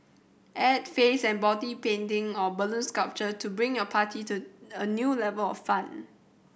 add face and body painting or balloon sculpture to bring your party to a new level of fun